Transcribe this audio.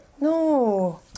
No